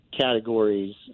categories